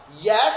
yes